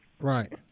right